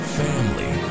family